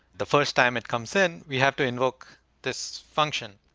the first time it comes in, we have to invoke this function,